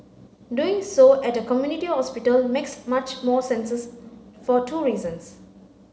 doing so at a community hospital makes much more senses for two reasons